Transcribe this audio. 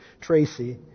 Tracy